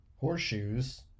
Horseshoes